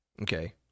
Okay